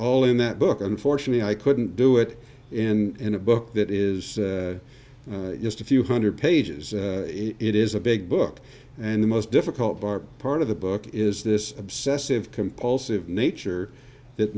all in that book unfortunately i couldn't do it in a book that is just a few hundred pages it is a big book and the most difficult part part of the book is this obsessive compulsive nature that